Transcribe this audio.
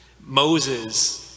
Moses